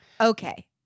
Okay